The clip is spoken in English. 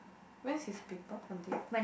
when is his paper Monday